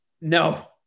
No